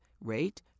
rate